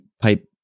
pipe